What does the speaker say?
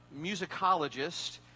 musicologist